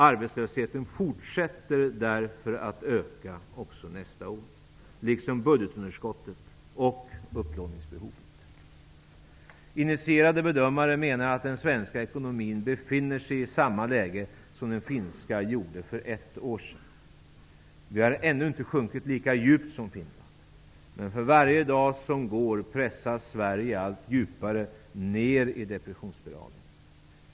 Arbetslösheten fortsätter därför att öka också nästa år, liksom budgetunderskottet och upplåningsbehovet. Initierade bedömare menar att den svenska ekonomin befinner sig i samma läge som den finska ekonomin gjorde för ett år sedan. Vi har ännu inte sjunkit lika djupt som Finland, men för varje dag som går pressas Sverige allt djupare ner i depressionsspiralen.